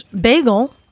Bagel